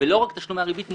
ולא רק תשלומי הריבית,